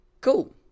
cool